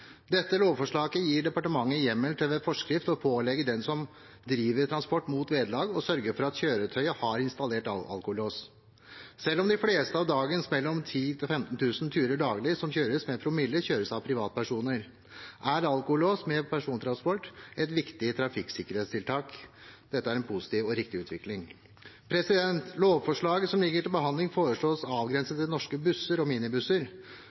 Dette lovforslaget gir departementet hjemmel til ved forskrift å pålegge den som driver transport mot vederlag, å sørge for at kjøretøyet har installert alkolås. Selv om de fleste av dagens mellom 10 000 og 15 000 turer daglig som kjøres med promille, kjøres av privatpersoner, er alkolås ved persontransport et viktig trafikksikkerhetstiltak. Dette er en positiv og riktig utvikling. Lovforslaget som ligger til behandling, foreslås avgrenset til norske busser og minibusser